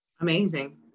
Amazing